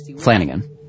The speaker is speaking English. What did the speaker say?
Flanagan